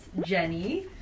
Jenny